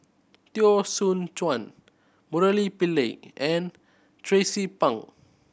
Teo Soon Chuan Murali Pillai and Tracie Pang